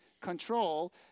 control